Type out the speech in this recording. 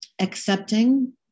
Accepting